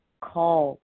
call